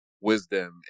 wisdom